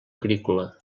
agrícola